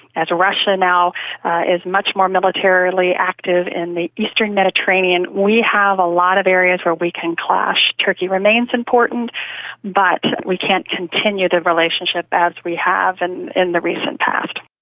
as russia now is much more militarily active in the eastern mediterranean, we have a lot of areas where we can clash. turkey remains important but we can't continue the relationship as we have and in the recent past.